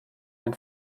den